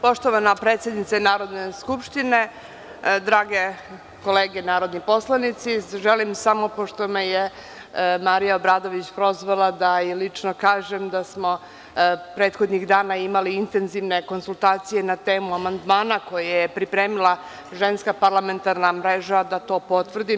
Poštovana predsednice Narodne skupštine, drage kolege narodni poslanici, pošto me je koleginica Marija Obradović prozvala, želim da i lično kažem da smo prethodnih dana imali intenzivne konsultacije na temu amandmana koji je pripremila Ženska parlamentarna mreža, da to potvrdim.